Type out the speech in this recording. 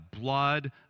blood